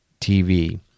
TV